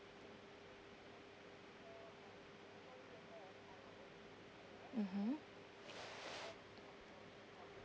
mmhmm